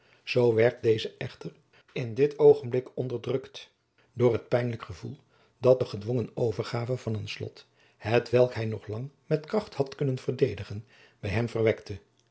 zoo werd deze echter in dit oogenblik onderdrukt door het pijnlijk gevoel dat de gedwongen overgave van een slot hetwelk hij nog lang met kracht had kunnen verdedigen bij hem verwekte